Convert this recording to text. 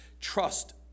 trust